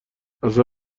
اصلا